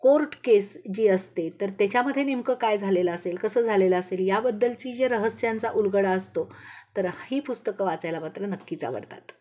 court case जी असते तर त्याच्यामध्ये नेमकं काय झालेलं असेल कसं झालेलं असेल याबद्दलची जे रहस्यांचा उलगडा असतो तर ही पुस्तकं वाचायला मात्र नक्कीच आवडतात